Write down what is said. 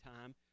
time